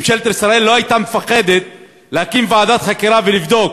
ממשלת ישראל לא הייתה מפחדת להקים ועדת חקירה ולבדוק